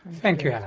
thank you, alan.